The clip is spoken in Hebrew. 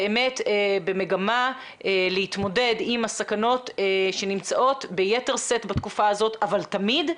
באמת במגמה להתמודד עם הסכנות שנמצאות ביתר שאת בתקופה הזאת ותמיד,